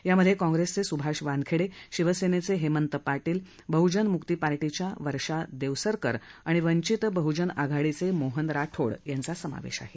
यामध्ये काँग्रेसचे सुभाष वानखेडे शिवसेनेचे हेमंत पाटील बहजन मुक्ती पार्टीच्या वर्षा देवसरकर आणि वंचित बहजन आघाडीचे मोहन राठोड यांचा समावेश आहे